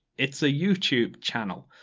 it's a youtube channel.